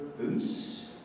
boots